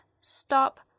stop